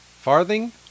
Farthing